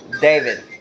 David